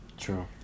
true